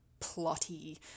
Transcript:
plotty